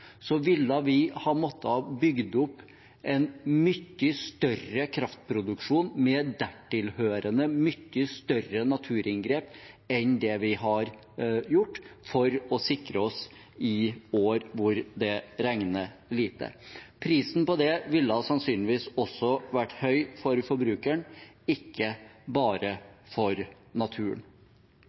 ville vi ha måttet bygge opp en mye større kraftproduksjon, med dertilhørende mye større naturinngrep enn det vi har gjort, for å sikre oss i år hvor det regner lite. Prisen på det ville sannsynligvis også vært høy for forbrukeren, ikke bare for naturen.